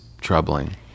troubling